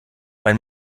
mein